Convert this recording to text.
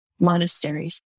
monasteries